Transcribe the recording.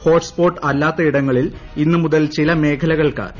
hotspot അല്ലാത്തയിടങ്ങളിൽ ഇന്നുമുതൽ ചില മേഖലകൾക്ക് ഇളവ്